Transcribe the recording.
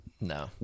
no